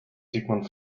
sigmund